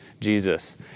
Jesus